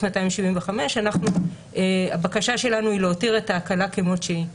275. הבקשה שלנו היא להותיר את ההקלה כמות שהיא.